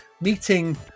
meeting